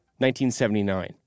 1979